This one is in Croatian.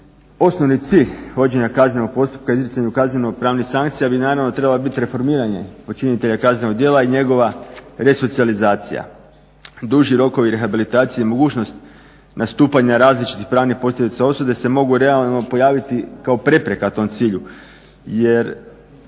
Osnovni cilj vođenja kaznenog postupka izricanju kazneno-pravnih sankcija bi naravno trebalo bit reformiranje počinitelja kaznenog djela i njegova resocijalizacija, duži rokovi rehabilitacije, mogućnost nastupanja različitih pravnih posljedica osude se mogu realno pojaviti kao prepreka tom cilju. Jer